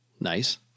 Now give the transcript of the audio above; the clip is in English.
Nice